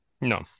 No